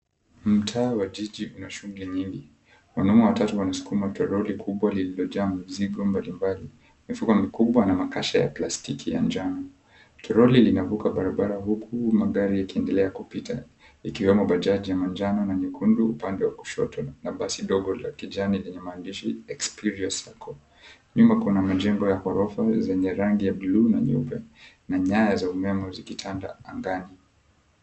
Mtaa wa Jiji unashughuli nyingi, wanaume watatu wanasukuma toroli kubwa lililojaa mizigo mbalimbali mifuko mikubwa na makasha ya plastiki ya njano, tiroli limevuka barabara huku magari yakiendelea kupita ikiwemo bajaji ya manjano na nyekundu upande wa kushoto kuna basi ndogo ya kijani lenye maandishi ya, Experience Sacco, nyuma kuna majengo ya ghorofa zenye rangi ya bluu na nyeupe na nyaya za umeme zikitanda angani.